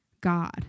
God